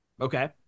Okay